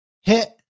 Hit